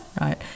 Right